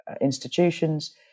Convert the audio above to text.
institutions